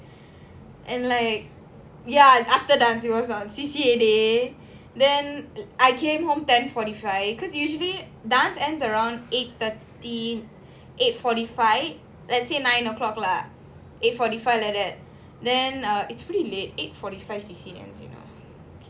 and like ya after dance it was C_C_A day then I came home ten forty five cause usually dance ends around eight thirty eight forty five ninety nine o'clock lah eight forty five like that then uh it's pretty late eight forty five C_C_A end you know can you even imagine